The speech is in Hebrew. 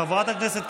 חברת הכנסת קטי שטרית.